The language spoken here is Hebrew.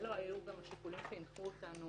ואלה היו גם השיקולים שהנחו אותנו